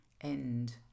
end